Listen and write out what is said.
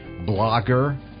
blogger